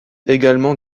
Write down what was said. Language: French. également